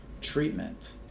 treatment